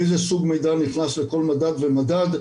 איזה סוג מידע נכנס לכל מדד ומדד,